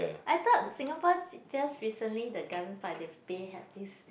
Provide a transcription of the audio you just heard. I thought Singapore just recently the garden's park bay they have this